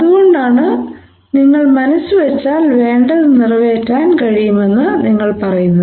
അതുകൊണ്ടാണ് നിങ്ങൾ മനസ്സ് വച്ചാൽ വേണ്ടത് നിറവേറ്റാൻ കഴിയുമെന്ന് നിങ്ങൾ പറയുന്നത്